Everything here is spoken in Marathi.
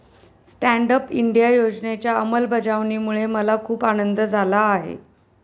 स्टँड अप इंडिया योजनेच्या अंमलबजावणीमुळे मला खूप आनंद झाला आहे